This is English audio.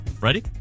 Ready